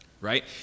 right